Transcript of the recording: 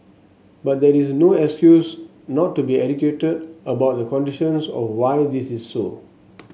but that is no excuse not to be educated about the conditions of why this is so